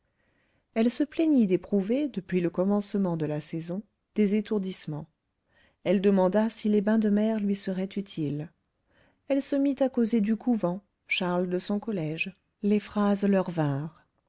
elle se plaignit d'éprouver depuis le commencement de la saison des étourdissements elle demanda si les bains de mer lui seraient utiles elle se mit à causer du couvent charles de son collège les phrases leur